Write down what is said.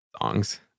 songs